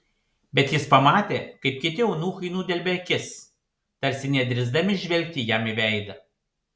bet jis pamatė kaip kiti eunuchai nudelbia akis tarsi nedrįsdami žvelgti jam į veidą